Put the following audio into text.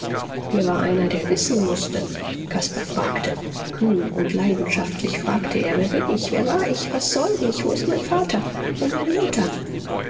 hier war einer der wissen mußte caspar fragte kühn und leidenschaftlich fragte er wer bin ich wer war ich was soll ich wo ist mein vater wo meine mutter